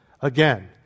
Again